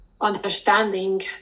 understanding